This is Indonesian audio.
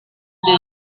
dia